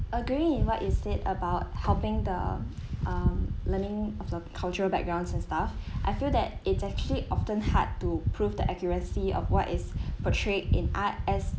agree in what is said about helping the um learning of the cultural backgrounds and stuff I feel that it's actually often hard to prove the accuracy of what is portrayed in art as